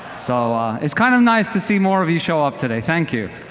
so ah it's kind of nice to see more of you show up today. thank you.